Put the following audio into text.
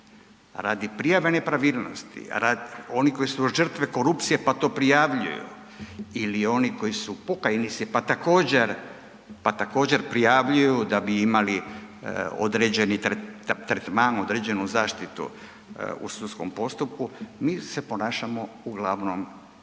radi prijave nepravilnosti, radi onih koji su žrtve korupcije pa to prijavljuju ili oni koji su pokajnici pa također, pa također, prijavljuju da bi imali određeni tretman, određenu zaštitu u sudskom postupku. Mi se ponašamo uglavnom traljavo